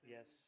Yes